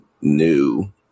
new